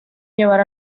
llevar